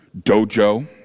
dojo